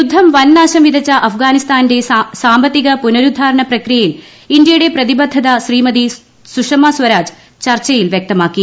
യുദ്ധം വൻനാശം വിതച്ച അഫ്ഗാനിസ്ഥാന്റെ സാമ്പത്തിക പുനരുദ്ധാരണ പ്രക്രിയയിൽ ഇന്ത്യയുടെ പ്രതിബന്ധത ശ്രീമതി സുഷമസ്വരാജ് ചർച്ചയിൽ വ്യക്തമാക്കി